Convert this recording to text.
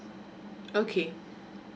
okay